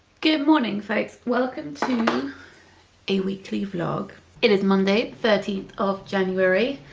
good morning, folks, welcome to a weekly vlog. it is monday thirteenth of january